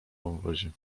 wąwozie